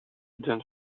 than